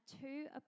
two